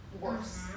worse